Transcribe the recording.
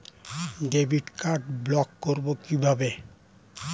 Debit card block করব কিভাবে?